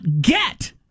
get